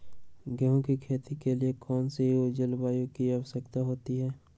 गेंहू की खेती के लिए कौन सी जलवायु की आवश्यकता होती है?